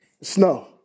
snow